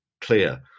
clear